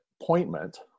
appointment